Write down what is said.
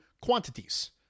quantities